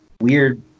weird